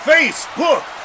Facebook